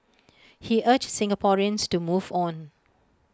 he urged Singaporeans to move on